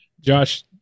Josh